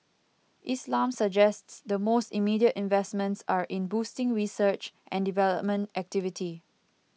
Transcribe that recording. Islam suggests the most immediate investments are in boosting research and development activity